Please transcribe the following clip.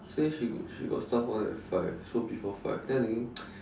say she got stuff all that at five so before five then I thinking